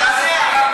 מה זה?